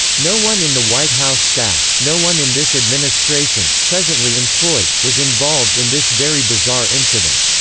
no one in the white house staff, no one in this administration, presently employed, was involved in this very bizarre incident.